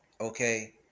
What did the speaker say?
Okay